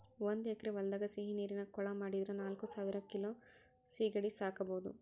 ಒಂದ್ ಎಕರೆ ಹೊಲದಾಗ ಸಿಹಿನೇರಿನ ಕೊಳ ಮಾಡಿದ್ರ ನಾಲ್ಕಸಾವಿರ ಕಿಲೋ ಸೇಗಡಿ ಸಾಕಬೋದು